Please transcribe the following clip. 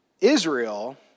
Israel